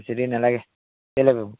বেছি দেৰি নেলাগে কেলৈ